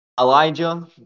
Elijah